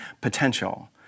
potential